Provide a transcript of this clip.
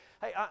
hey